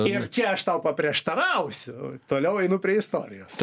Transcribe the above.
ir čia aš tau paprieštarausiu toliau einu prie istorijos